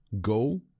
go